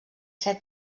ser